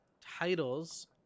titles